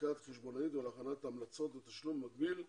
לבדיקה חשבונאית ולהכנת המלצות ותשלום מקביל.